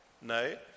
No